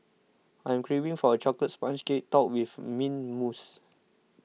I am craving for a Chocolate Sponge Cake Topped with Mint Mousse